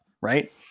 right